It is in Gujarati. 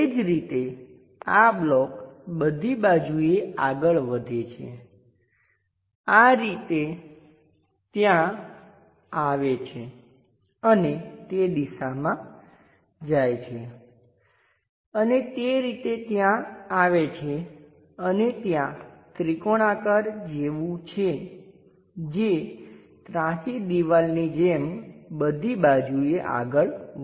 એ જ રીતે આ બ્લોક બધી બાજુએ આગળ વધે છે આ તે રીતે ત્યાં આવે છે અને તે દિશામાં જાય છે અને તે રીતે ત્યાં આવે છે અને ત્યાં ત્રિકોણાકાર જેવું છે જે ત્રાસી દીવાલની જેમ બધી બાજુએ આગળ વધે છે